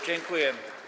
Dziękuję.